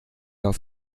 auf